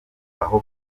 aho